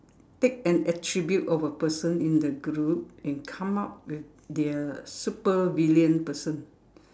take an attribute of a person in the group and come up with their supervillain person